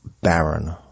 barren